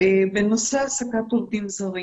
בנושא העסקת עובדים זרים.